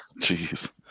jeez